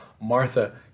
Martha